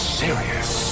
serious